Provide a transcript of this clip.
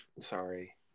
Sorry